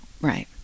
Right